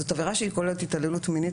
זאת עבירה שכוללת התעללות מינית,